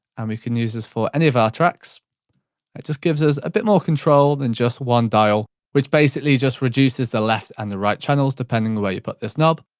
and we can use this for any of our tracks. it just gives us a bit more control than just one dial which basically just reduces the left and the right channels depending on where you put this knob.